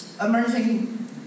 emerging